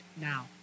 now